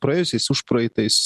praėjusiais užpraeitais